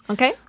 Okay